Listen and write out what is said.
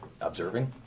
observing